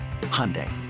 Hyundai